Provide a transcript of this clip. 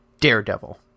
Daredevil